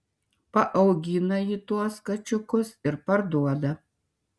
paaugina ji tuos kačiukus ir parduoda